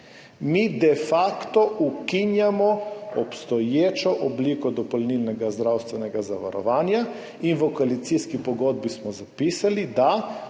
Mi de facto ukinjamo obstoječo obliko dopolnilnega zdravstvenega zavarovanja in v koalicijski pogodbi smo zapisali, da